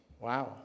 Wow